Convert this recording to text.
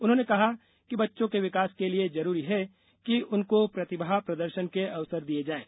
उन्होंने कहा कि बच्चों के विकास के लिए जरुरी है कि उनको प्रतिभा प्रदर्शन के अवसर दिये जायें